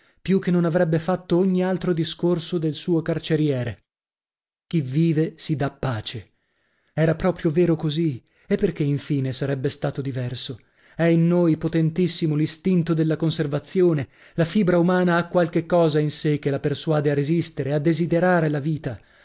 più che non avrebbe fatto ogni altro discorso del suo carceriere chi vive si dà pace era proprio vero così e perchè infine sarebbe stato diverso è in noi potentissimo l'istinto della conservazione la fibra umana ha qualche cosa in sè che la persuade a resistere a desiderare la vita